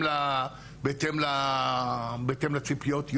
בהתאם לציפיות,